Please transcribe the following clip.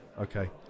okay